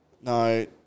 No